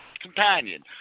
companion